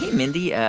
mindy, yeah